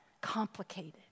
complicated